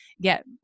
get